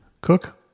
Cook